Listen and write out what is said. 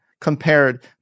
compared